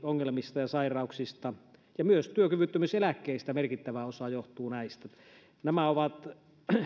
ongelmista ja sairauksista ja myös työkyvyttömyyseläkkeistä merkittävä osa johtuu näistä nämä ovat